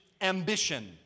ambition